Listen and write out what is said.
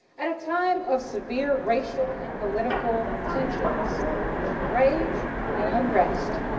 at a time of severe racial and political tension rage and and rest,